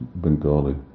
Bengali